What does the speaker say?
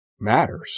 matters